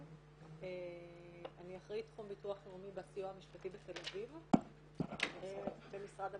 אני אחראית תחום ביטוח לאומי בסיוע המשפטי בתל אביב במשרד המשפטים.